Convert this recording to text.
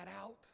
out